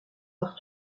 par